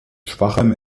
schwachem